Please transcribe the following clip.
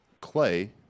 Clay